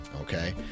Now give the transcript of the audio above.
okay